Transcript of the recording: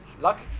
luck